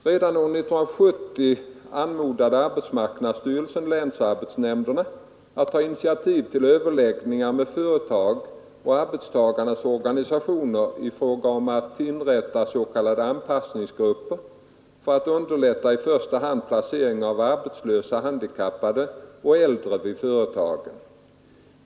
Redan år 1970 anmodade arbetsmarknadsstyrelsen länsarbets nämnderna att ta initiativ till överläggningar med företag och arbetstagarnas organisationer i fråga om att inrätta s.k. anpassningsgrupper för att underlätta i första hand placering av arbetslösa handikappade och äldre vid företagen.